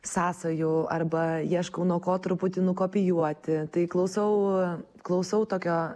sąsajų arba ieškau nuo ko truputį nukopijuoti tai klausau klausau tokio